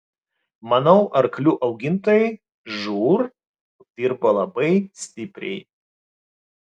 manau arklių augintojai žūr dirba labai stipriai